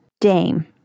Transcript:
dame